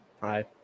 Hi